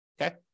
okay